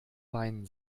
weinen